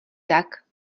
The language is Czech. tak